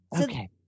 okay